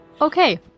Okay